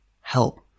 help